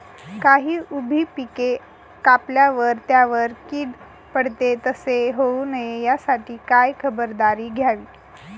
काही उभी पिके कापल्यावर त्यावर कीड पडते, तसे होऊ नये यासाठी काय खबरदारी घ्यावी?